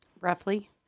roughly